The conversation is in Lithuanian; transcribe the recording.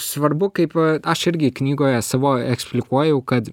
svarbu kaip aš irgi knygoje savo eksplikuoju kad